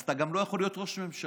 אז אתה גם לא יכול להיות ראש ממשלה.